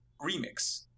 remix